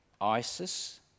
ISIS